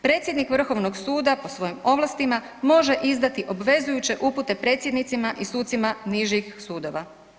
Predsjednik vrhovnog suda po svojim ovlastima može izdati obvezujuće upute predsjednicima i sucima nižih sudova.